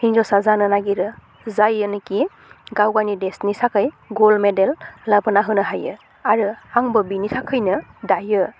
हिन्जावसा जानो नागिरो जायनोखि गावनि देशनि थाखाय गल्द मेदेल लाबोना होनो हायो आरो आंबो बिनि थाखायनो दायो